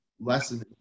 lesson